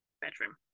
bedroom